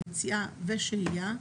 יציאה ושהייה,